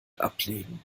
ablegen